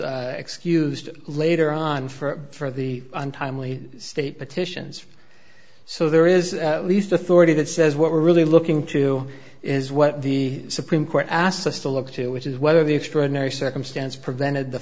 excused later on for the untimely state petitions so there is a least authority that says what we're really looking to is what the supreme court asked us to look to which is whether the extraordinary circumstance prevented the